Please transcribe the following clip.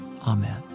Amen